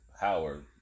Howard